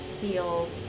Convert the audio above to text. feels